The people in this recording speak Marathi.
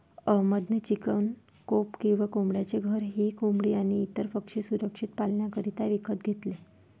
अहमद ने चिकन कोप किंवा कोंबड्यांचे घर ही कोंबडी आणी इतर पक्षी सुरक्षित पाल्ण्याकरिता विकत घेतले